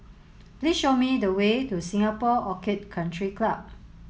please show me the way to Singapore Orchid Country Club